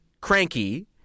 cranky